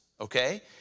Okay